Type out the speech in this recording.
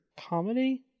comedy